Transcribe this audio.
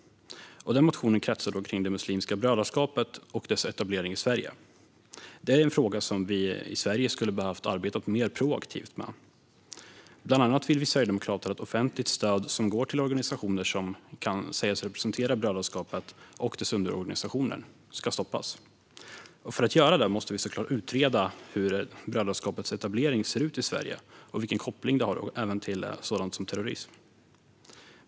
Den motionen handlar om Muslimska brödraskapet och dess etablering i Sverige. Det är en fråga som vi i Sverige skulle ha behövt arbeta mer proaktivt med. Vi sverigedemokrater vill bland annat att offentligt stöd som går till organisationer som kan sägas representera Muslimska brödraskapet och dess underorganisationer ska stoppas. För att göra detta måste vi naturligtvis utreda hur Muslimska brödraskapets etablering i Sverige ser ut och vilken koppling organisationen har till sådant som terrorism.